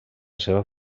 seva